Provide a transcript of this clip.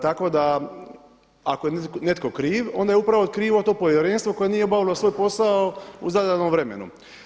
Tako da ako je netko kriv onda je upravo krivo to povjerenstvo koje nije obavilo svoj posao u zadanom vremenu.